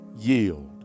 yield